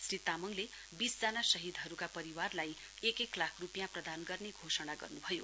श्री तामङले बीसजना शहीदहरुका परिवारलाई एक एक लाख रुपियाँ प्रदान गर्ने घोषणा गर्नुभयो